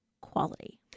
quality